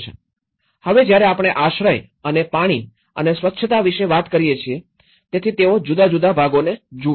હવે જ્યારે આપણે આશ્રય અને પાણી અને સ્વચ્છતા વિશે વાત કરીએ છીએ તેથી તેઓ જુદા જુદા ભાગોને જુએ છે